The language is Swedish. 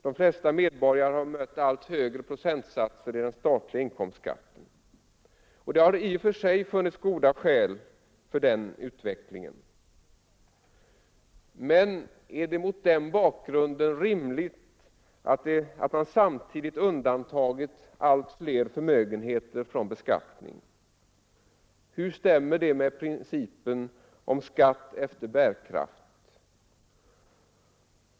De flesta medborgarna har mött allt högre procentsatser i den statliga inkomstskatten. Det har i och för sig funnits goda skäl för den utvecklingen. Men är det mot den bakgrunden rimligt att man samtidigt har undantagit allt fler förmögenheter från beskattning? Hur stämmer det med principen om skatt efter bärkraft?